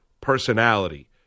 personality